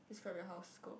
describe your house go